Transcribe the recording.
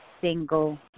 single